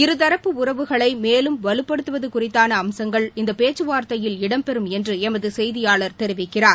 இருதரப்பு உறவுகளை மேலும் வலுப்படுத்துவது குறித்தான அம்சங்கள் பேச்சுவார்த்தையில் இந்த இடம்பெறும் என்று எமது செய்தியாளர் தெரிவிக்கிறார்